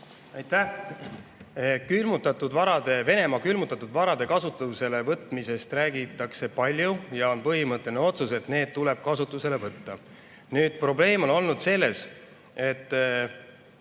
varade, Venemaa külmutatud varade kasutusele võtmisest räägitakse palju ja on põhimõtteline otsus, et need tuleb kasutusele võtta. Nüüd, probleem on olnud selles, et